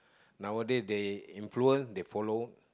nowadays they influence they follow